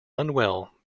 unwell